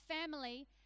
family